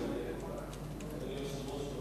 אדוני היושב-ראש,